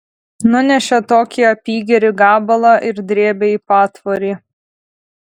nunešė tokį apygerį gabalą ir drėbė į patvorį